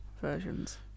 versions